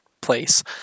place